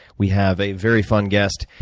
we have a very fun guest,